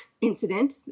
incident